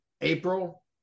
April